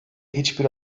hiçbir